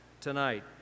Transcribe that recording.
tonight